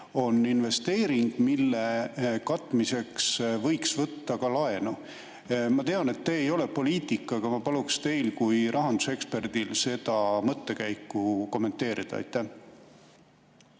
on investeering, mille katmiseks võiks võtta ka laenu. Ma tean, et te ei ole poliitik, aga ma paluks teil kui rahanduseksperdil seda mõttekäiku kommenteerida. Aitäh,